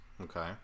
Okay